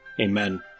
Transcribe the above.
Amen